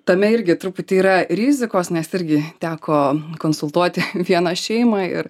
tame irgi truputį yra rizikos nes irgi teko konsultuoti vieną šeimą ir